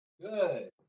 Good